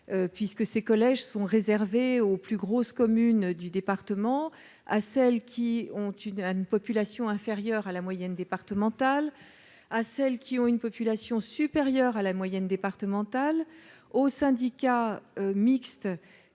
car ces collèges sont réservés aux plus grosses communes du département, à celles dont la population est inférieure à la moyenne départementale, à celles dont la population est supérieure à la moyenne départementale, aux syndicats mixtes